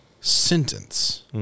sentence